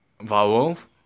vowels